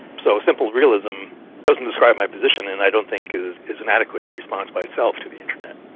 so simple realism doesn't describe my position and i don't think is is an adequate response by itself to the internet.